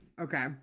okay